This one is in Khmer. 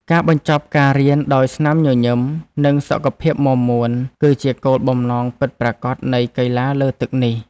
ការបញ្ចប់ការរៀនដោយស្នាមញញឹម និងសុខភាពមាំមួន គឺជាគោលបំណងពិតប្រាកដនៃកីឡាលើទឹកនេះ។